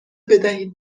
بدهید